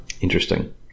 Interesting